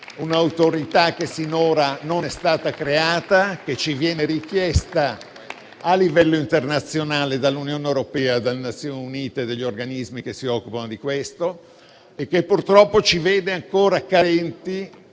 un'autorità che sinora non è stata creata, che ci viene richiesta a livello internazionale dall'Unione europea, dalle Nazioni Unite e dagli organismi che si occupano di questo, e che, purtroppo, ci vede ancora carenti,